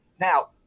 Now